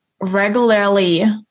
regularly